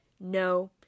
no